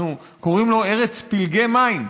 אנחנו קוראים לו "ארץ פלגי מים".